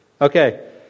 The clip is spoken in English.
Okay